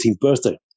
birthday